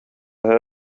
هذا